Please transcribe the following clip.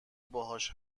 باهاش